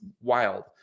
wild